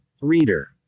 Reader